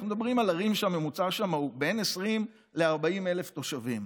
אנחנו מדברים על ערים שהממוצע שם הוא בין 20,000 ל-40,000 תושבים.